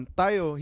tayo